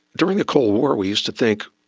during the cold war we used to think